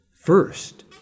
first